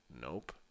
nope